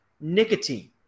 nicotine